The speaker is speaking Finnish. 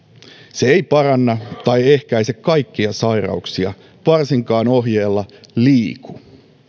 se ei paranna tai ehkäise kaikkia sairauksia varsinkaan ohjeella liiku